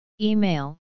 Email